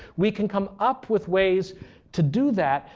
we can come up with ways to do that.